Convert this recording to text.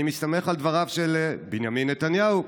אני מסתמך על דבריו של בנימין נתניהו,